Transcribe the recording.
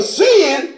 sin